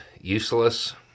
useless